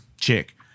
chick